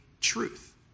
truth